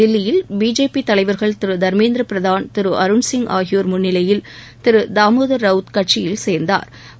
தில்லியில் பிஜேபி தலைவர்கள் திரு தர்மேந்திர பிரதான் திரு அருண்சிங் ஆகியோர் முன்னிலையில் திரு தாமோதர் ரவுத் கட்சியில் சேர்ந்தாா்